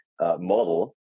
Model